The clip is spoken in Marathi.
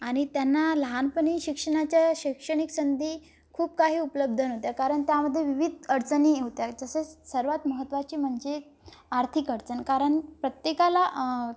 आणि त्यांना लहानपणी शिक्षणाच्या शैक्षणिक संधी खूप काही उपलब्ध न्हवत्या कारण त्यामध्ये विविध अडचणी होत्या तसेच सर्वात महत्त्वाची म्हणजे आर्थिक अडचण कारण प्रत्येकाला